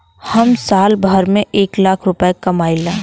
हम साल भर में एक लाख रूपया कमाई ला